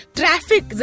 traffic